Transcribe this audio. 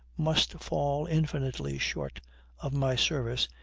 must fall infinitely short of my service,